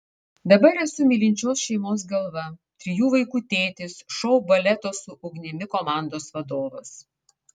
dabar esu mylinčios šeimos galva trijų vaikų tėtis šou baleto su ugnimi komandos vadovas